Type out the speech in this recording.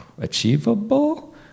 achievable